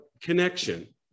connection